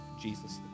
Jesus